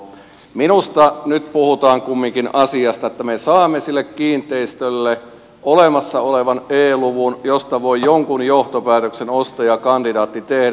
minusta nyt puhutaan kumminkin asiasta että me saamme sille kiinteistölle olemassa olevan e luvun josta voi jonkun johtopäätöksen ostajakandidaatti tehdä